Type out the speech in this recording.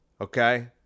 Okay